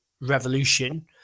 Revolution